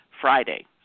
Friday